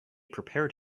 prepared